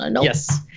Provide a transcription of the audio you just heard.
Yes